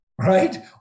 right